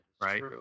Right